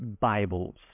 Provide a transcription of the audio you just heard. Bibles